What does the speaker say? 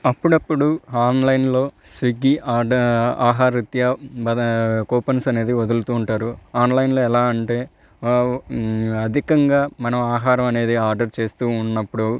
అప్పుడప్పుడు ఆన్లైన్లో స్విగ్గీ ఆర్డ ఆహారిత్య కూపన్స్ అనేది వదులుతూ ఉంటారు ఆన్లైన్లో ఎలా అంటే అధికంగా మనం ఆహారం అనేది ఆర్డర్ చేస్తూ ఉన్నప్పుడు